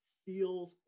feels